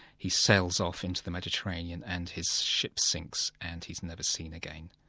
he sails off into the mediterranean and his ship sinks and he's never seen again.